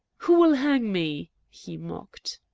who will hang me? he mocked.